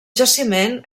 jaciment